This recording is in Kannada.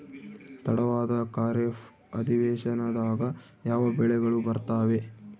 ತಡವಾದ ಖಾರೇಫ್ ಅಧಿವೇಶನದಾಗ ಯಾವ ಬೆಳೆಗಳು ಬರ್ತಾವೆ?